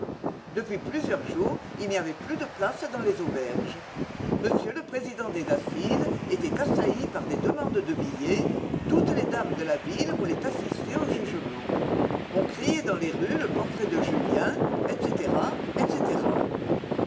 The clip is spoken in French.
depuis plusieurs jours il n'y avait plus de place dans les auberges m le président des assises était assailli par des demandes de billets toutes les dames de la ville voulaient assister au jugement on criait dans les rues le portrait de julien etc etc